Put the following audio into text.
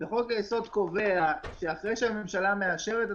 חוק היסוד קובע שאחרי שהממשלה מאשרת את